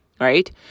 Right